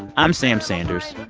i'm sam sanders.